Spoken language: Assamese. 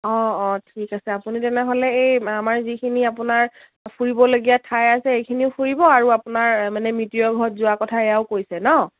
অঁ অঁ ঠিক আছে আপুনি তেনেহ'লে এই আমাৰ যিখিনি আপোনাৰ ফুৰিবলগীয়া ঠাই আছে এইখিনিও ফুৰিব আৰু আপোনাৰ মানে মিতিৰৰ ঘৰত যোৱা কথা এয়াও কৈছে ন